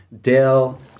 Dale